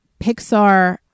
Pixar